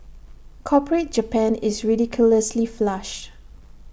corporate Japan is ridiculously flush